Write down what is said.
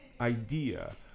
idea